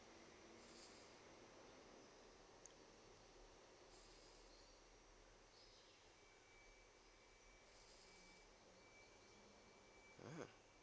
mm